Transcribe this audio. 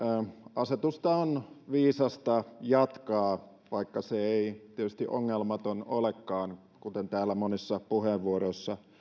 asetusta on viisasta jatkaa vaikka se ei tietysti ongelmaton olekaan kuten täällä monissa puheenvuoroissa